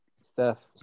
Steph